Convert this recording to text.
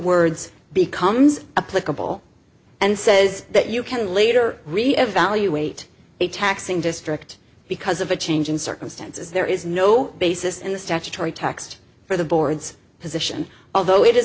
words becomes a political and says that you can later really evaluate a taxing district because of a change in circumstances there is no basis in the statutory text for the board's position although it is